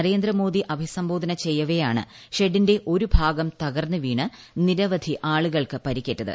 നരേന്ദ്രമോദി അഭിസംബോധന ചെയ്യവേയാണ് ഷെഡിന്റെ ഒരു ഭാഗം തകർന്ന് വീണ് നിരവധി ആളുകൾക്ക് പരിക്കേറ്റത്